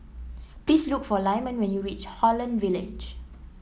please look for Lyman when you reach Holland Village